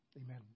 Amen